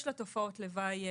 יש לה תופעות לוואי,